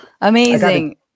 Amazing